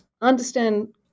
understand